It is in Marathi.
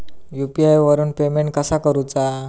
यू.पी.आय वरून पेमेंट कसा करूचा?